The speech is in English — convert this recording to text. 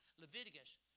Leviticus